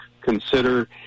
consider